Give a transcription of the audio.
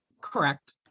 Correct